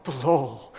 blow